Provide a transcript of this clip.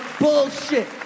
Bullshit